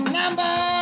number